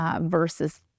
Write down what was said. versus